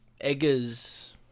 Eggers